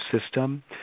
system